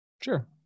Sure